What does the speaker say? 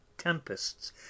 Tempests